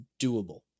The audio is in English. doable